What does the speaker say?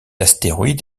astéroïde